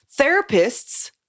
therapists